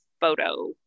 photo